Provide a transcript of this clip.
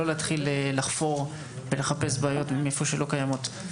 לא להתחיל לחפור ולחפש בעיות שלא קיימות.